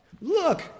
Look